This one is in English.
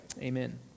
Amen